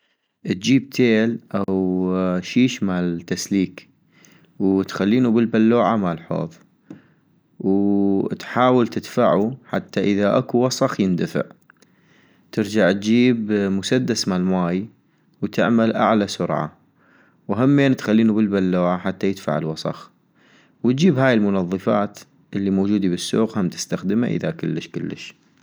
اتجيب تيل أو شيش مال تسليك وتخلينو بالبلوعة مال حوض ، وتحاول تدفعو حتى اذا اكو وصخ يندفع - ترجع اتجيب مسدس مال ماي واعمل أعلى سرعة وهمين تخلينو بالبلوعة حتى يدفع الوصخ - واتجيب هاي المنظفات الي موجودي بالسوق هم تستخدما اذا كلش كلش